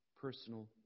personal